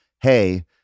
hey